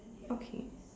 okay